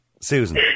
Susan